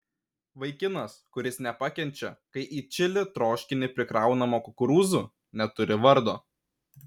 vaikinas kuris nepakenčia kai į čili troškinį prikraunama kukurūzų neturi vardo